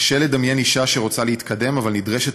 קשה לדמיין אישה שרוצה להתקדם אבל נדרשת